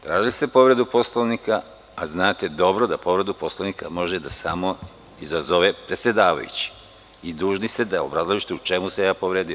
Tražili ste povredu Poslovnika, a znate dobro da povredu Poslovnika može samo da izazove predsedavajući i dužni ste da obrazložite u čemu sam ja povredio.